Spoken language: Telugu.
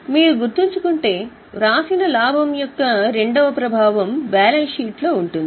మీరు గుర్తుంచుకుంటే వ్రాసిన లాభం యొక్క రెండవ ప్రభావం బ్యాలెన్స్ షీట్లో ఉంటుంది